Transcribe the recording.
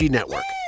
network